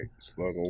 slug